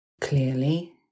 Clearly